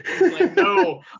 No